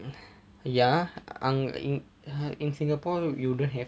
ya uh um in singapore you don't have